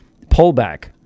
pullback